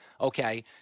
okay